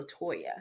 LaToya